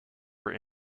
were